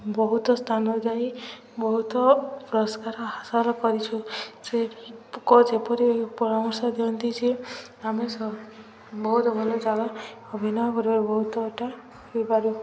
ବହୁତ ସ୍ଥାନ ଯାଇ ବହୁତ ପୁରସ୍କାର ହାସଲ କରିଛୁ ସେ ଯେପରି ପରାମର୍ଶ ଦିଅନ୍ତି ଯେ ଆମେ ବହୁତ ଭଲ ଜାଗା ଅଭିନୟ ପୁରରେ ବହୁତ ଏଟା ହେଇପାରୁ